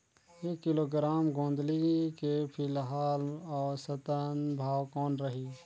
एक किलोग्राम गोंदली के फिलहाल औसतन भाव कौन रही?